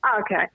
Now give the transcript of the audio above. Okay